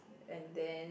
and then